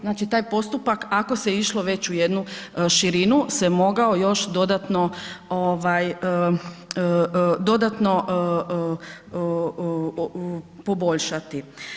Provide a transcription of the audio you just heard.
Znači taj postupak ako se išlo već u jednu širinu se mogao još dodatno poboljšati.